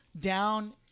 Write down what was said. down